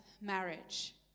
marriage